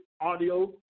audio